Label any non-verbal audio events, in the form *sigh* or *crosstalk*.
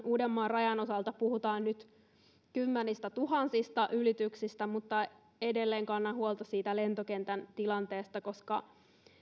*unintelligible* uudenmaan rajan osalta puhutaan nyt kymmenistätuhansista ylityksistä mutta edelleen kannan huolta siitä lentokentän tilanteesta koska